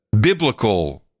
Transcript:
biblical